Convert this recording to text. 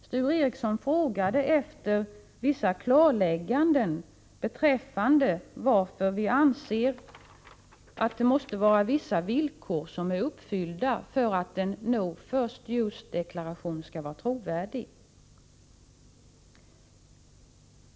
Sture Ericson frågade efter vissa klarlägganden beträffande varför vi anser att vissa villkor måste vara uppfyllda för att en no-first-use-deklaration skall vara trovärdig.